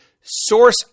source